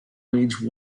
wage